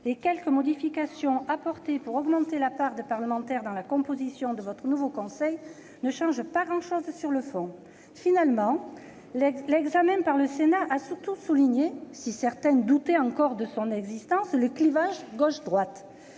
Les quelques modifications apportées, pour augmenter la part des parlementaires dans la composition de votre nouveau conseil, monsieur le ministre, ne changent pas grand-chose sur le fond. Finalement, l'examen de ce texte au Sénat a surtout mis en évidence, si certains doutaient encore de son existence, le clivage gauche-droite.